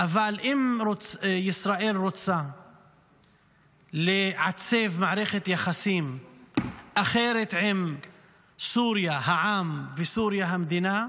אבל אם ישראל רוצה לעצב מערכת יחסים אחרת עם העם הסורי וסוריה המדינה,